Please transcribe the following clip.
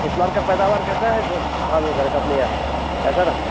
इस बार का पैदावार कैसा है धान वग़ैरह का अपने यहाँ कैसा रहा